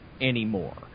anymore